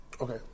Okay